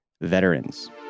veterans